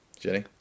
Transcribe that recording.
Jenny